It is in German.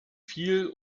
viel